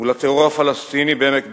מול הטרור הפלסטיני בעמק בית-שאן,